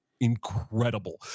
incredible